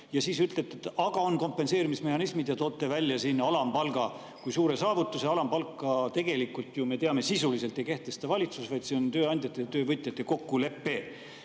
Ja siis te ütlete, et aga on kompenseerimismehhanismid, ja toote välja alampalga [tõusu] kui suure saavutuse. Alampalka, tegelikult me teame, sisuliselt ei kehtesta valitsus, vaid see on tööandjate ja töövõtjate kokkulepe,